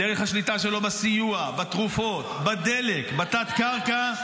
דרך השליטה שלו בסיוע, בתרופות, בדלק, בתת-קרקע.